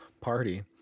party